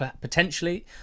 potentially